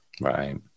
Right